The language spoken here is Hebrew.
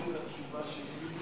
איתן, לגנוז את התשובה שהכינו לי?